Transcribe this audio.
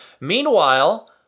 Meanwhile